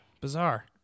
Bizarre